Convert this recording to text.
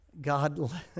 God